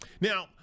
Now